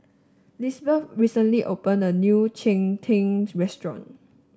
Lisbeth recently opened a new Cheng Tng restaurant